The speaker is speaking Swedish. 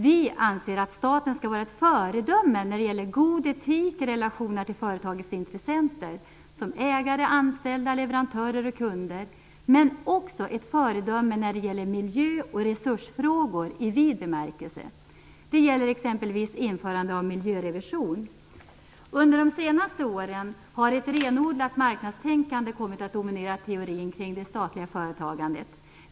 Vi anser att staten skall vara ett föredöme när det gäller god etik i relationerna till företagets intressenter, som ägare, anställda, leverantörer och kunder, men också ett föredöme när det gäller miljö och resursfrågor i vid bemärkelse. Det gäller exempelvis införandet av miljörevision. Under de senaste åren har ett renodlat marknadstänkande kommit att dominera teorin kring det statliga företagandet.